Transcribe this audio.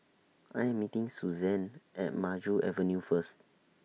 I Am meeting Suzanne At Maju Avenue First